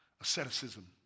Asceticism